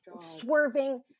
swerving